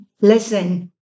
listen